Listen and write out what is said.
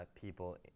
people